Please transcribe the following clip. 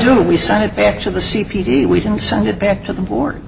do we send it back to the c p d we don't send it back to the board